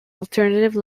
alternative